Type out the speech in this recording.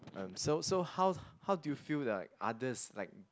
um so so how how do you feel the others like